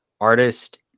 artist